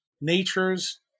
nature's